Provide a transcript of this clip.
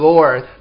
Lord